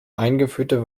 eingeführte